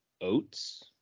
oats